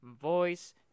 voice